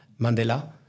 Mandela